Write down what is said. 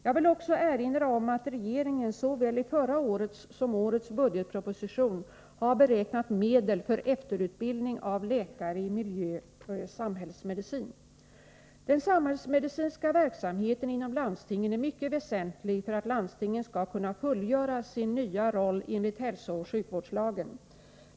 Jag vill också erinra om att regeringen såväl i förra årets som årets budgetproposition har beräknat medel för efterutbildning av läkare i miljö-/samhällsmedicin. Den samhällsmedicinska verksamheten inom landstingen är mycket väsentlig för att landstingen skall kunna fullgöra sin nya roll enligt hälsooch sjukvårdslagen.